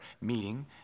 meeting